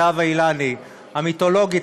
זהבה אילני המיתולוגית,